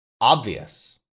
obvious